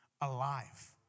alive